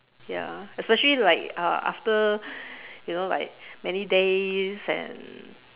ya especially like uh after you know like many days and